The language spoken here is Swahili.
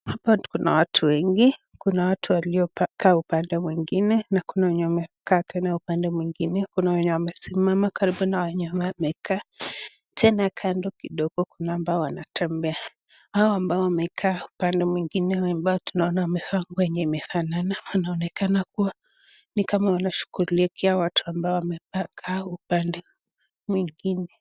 Hapa tuna watu wengi, kuna watu walio kaka upande mwingine, na kuna wenye wamekaa tena upande mwingine, kuna wenye wame simama karibu na wenye wamekaa, tena kando kidogo kuna ambao wanatembea. Hawa ambao wamekaa upande mwingine, ambao tunaona wamevaa nguo yenye imefanana, wanaonekana kuwa. Ni kama wanashughulikia watu ambao wamekaa upande mwingine.